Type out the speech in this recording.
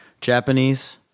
Japanese